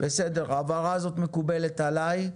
ההבהרה הזאת מקובלת עלי.